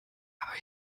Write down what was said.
aber